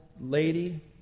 lady